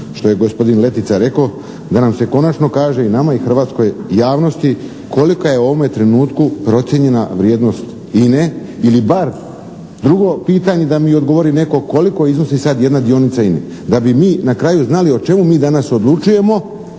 što je gospodin Letica rekao, da nam se konačno kaže i nama i hrvatskoj javnosti kolika je u ovome trenutku procijenjena vrijednost INE ili bar drugo pitanje da mi odgovori netko koliko iznosi sad jedna dionica INE, da bi mi na kraju znali o čemu mi danas odlučujemo